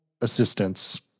assistance